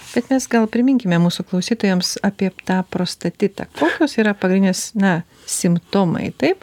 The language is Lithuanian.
bet mes gal priminkime mūsų klausytojams apie tą prostatitą kokios yra pagrindinės na simptomai taip